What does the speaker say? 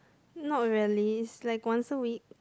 not really is like once a week